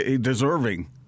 deserving